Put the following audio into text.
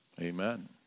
Amen